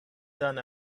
done